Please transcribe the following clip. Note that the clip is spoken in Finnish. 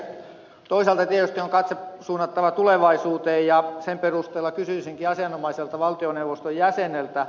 toisaalta tietysti on katse suunnattava tulevaisuuteen ja sen perusteella kysyisinkin asianomaiselta valtioneuvoston jäseneltä